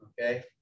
Okay